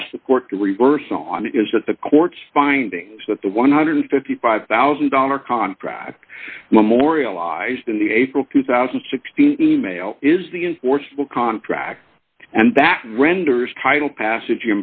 ask the court to reverse on is that the court's findings that the one hundred and fifty five thousand dollar contract memorialized in the april two thousand and sixteen email is the enforceable contract and that renders title passage